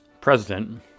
president